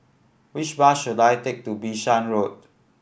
which bus should I take to Bishan Road